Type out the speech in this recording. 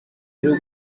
rero